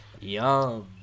Yum